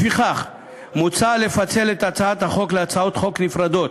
לפיכך מוצע לפצל את הצעת החוק להצעות חוק נפרדות,